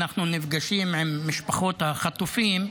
כשאנחנו נפגשים עם משפחות החטופים,